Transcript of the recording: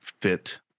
fit